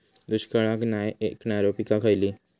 दुष्काळाक नाय ऐकणार्यो पीका खयली?